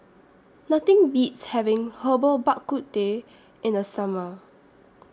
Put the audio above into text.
Nothing Beats having Herbal Bak Ku Teh in The Summer